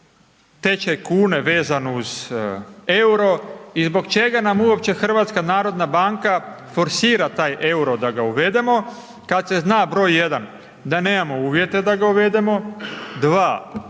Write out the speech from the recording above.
tečaj kune vezan uz EUR-o i zbog čega nam uopće HNB forsira taj EUR-o da ga uvedemo kad se zna br. 1. da nemamo uvjete da ga uvedemo, 2.